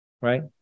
right